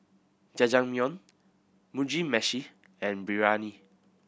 Jajangmyeon Mugi Meshi and Biryani